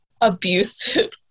abusive